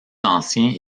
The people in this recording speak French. anciens